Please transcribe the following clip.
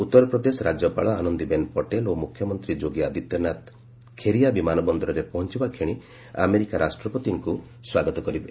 ଉତ୍ତର ପ୍ରଦେଶ ରାଜ୍ୟପାଳ ଆନନ୍ଦିବେନ୍ ପଟେଲ୍ ଓ ମୁଖ୍ୟମନ୍ତ୍ରୀ ଯୋଗୀ ଆଦିତ୍ୟନାଥ ଖେରିଆ ବିମାନ ବନ୍ଦରରେ ପହଞ୍ଚବା କ୍ଷଣି ଆମେରିକା ରାଷ୍ଟ୍ରପତିଙ୍କୁ ସ୍ୱାଗତ କରିବେ